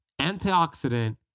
antioxidant